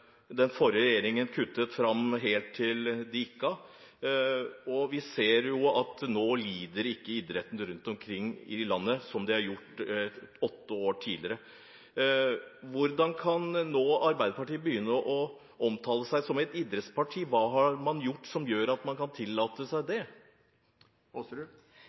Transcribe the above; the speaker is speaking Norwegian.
den forrige regjeringen kuttet i helt fram til de gikk av. Vi ser at nå lider ikke idretten rundt omkring i landet slik den har gjort i åtte år. Hvordan kan Arbeiderpartiet nå begynne å omtale seg som et idrettsparti? Hva har man gjort som gjør at man kan tillate seg